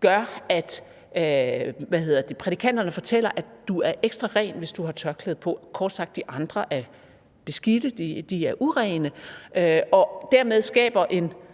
betyder, at prædikanterne kan fortælle, at du er ekstra ren, hvis du har tørklæde på – kort sagt er de andre beskidte, de er urene. Dermed skabes der